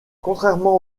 contrairement